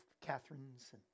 Catherine's